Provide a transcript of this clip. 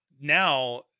now